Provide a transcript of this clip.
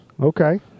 Okay